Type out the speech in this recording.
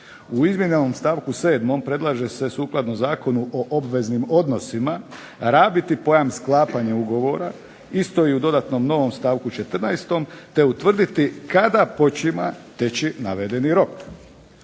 U izmijenjenom stavku 7. predlaže se sukladno Zakonu o obveznim odnosima rabiti pojam sklapanje ugovora i stoji u dodatnom novom stavku 14. te utvrditi kada počima teći navedeni rok.